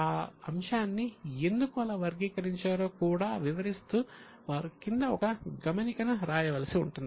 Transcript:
ఆ అంశాన్ని ఎందుకు అలా వర్గీకరించారో కూడా వివరిస్తూ వారు క్రింద ఒక గమనికను వ్రాయవలసి ఉంటుంది